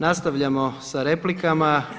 Nastavljamo sa replikama.